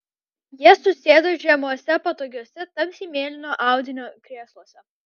jie susėdo žemuose patogiuose tamsiai mėlyno audinio krėsluose